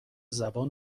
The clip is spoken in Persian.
زبان